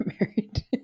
married